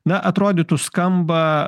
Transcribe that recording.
na atrodytų skamba